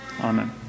Amen